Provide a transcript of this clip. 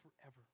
forever